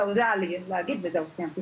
זהו, זה מה שהיה לי להגיד, תודה.